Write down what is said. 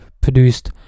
produced